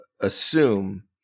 assume